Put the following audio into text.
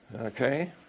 Okay